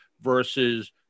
versus